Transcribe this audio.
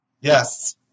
Yes